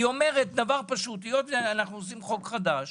היא אומרת דבר פשוט, היות ואנחנו עושים חוק חדש